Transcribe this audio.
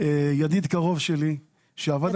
ידיד קרוב שלי שעבד על פיגום.